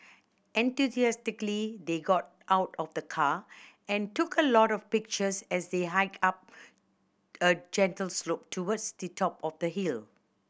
enthusiastically they got out of the car and took a lot of pictures as they hiked up a gentle slope towards the top of the hill